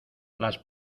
las